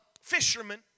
fisherman